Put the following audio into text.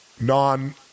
non